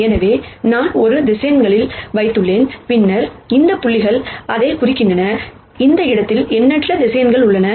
எனவே நான் சில வெக்டர்ஸ் வைத்துள்ளேன் பின்னர் இந்த புள்ளிகள் அதைக் குறிக்கின்றன இந்த இடத்தில் எண்ணற்ற வெக்டர்ஸ் உள்ளன